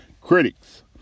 Critics